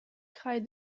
kraï